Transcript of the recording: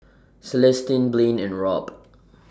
Celestino Blane and Robb